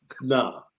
Nah